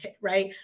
right